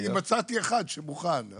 כי מצאתי אחד שמוכן.